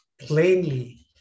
plainly